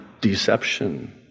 deception